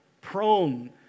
prone